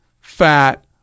fat